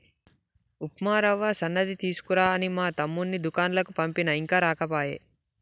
ఉప్మా రవ్వ సన్నది తీసుకురా అని మా తమ్ముణ్ణి దూకండ్లకు పంపిన ఇంకా రాకపాయె